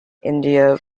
india